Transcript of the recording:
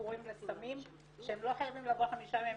למכורים לסמים שהם לא חייבים לבוא חמישה ימים,